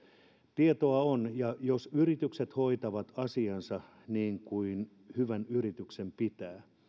tietoa on ja jos yritykset hoitavat asiansa niin kuin hyvän yrityksen pitää